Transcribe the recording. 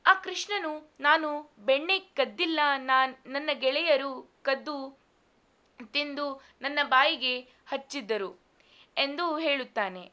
ಆ ಕೃಷ್ಣನು ನಾನು ಬೆಣ್ಣೆ ಕದ್ದಿಲ್ಲ ನಾನು ನನ್ನ ಗೆಳೆಯರು ಕದ್ದು ತಿಂದು ನನ್ನ ಬಾಯಿಗೆ ಹಚ್ಚಿದ್ದರು ಎಂದು ಹೇಳುತ್ತಾನೆ